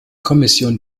kommission